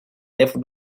left